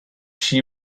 she